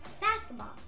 basketball